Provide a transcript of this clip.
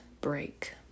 break